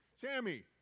Sammy